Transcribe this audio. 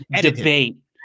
debate